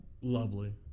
lovely